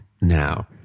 now